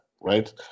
right